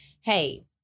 hey